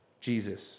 Jesus